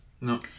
No